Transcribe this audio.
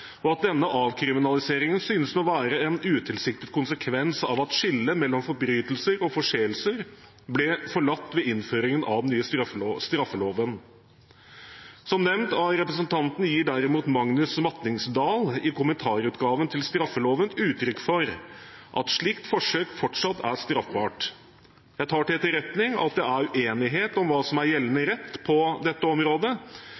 og at denne avkriminaliseringen synes å være en utilsiktet konsekvens av at skillet mellom forbrytelser og forseelser ble forlatt ved innføringen av den nye straffeloven. Som nevnt av representanten gir derimot Magnus Matningsdal i kommentarutgaven til straffeloven uttrykk for at slikt forsøk fortsatt er straffbart. Jeg tar til etterretning at det er uenighet om hva som er